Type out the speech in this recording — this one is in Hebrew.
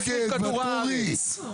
מי נגד ההסתייגויות?